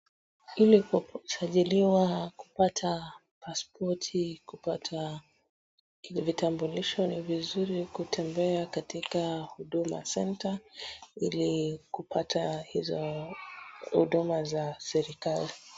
Ilikusajiliwa kupata pasipoti ,kupata vitambulisho ni vizuri kutembea Huduma Cente ilikupata hizo huduma za serikali.